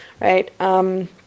right